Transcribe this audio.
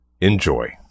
Enjoy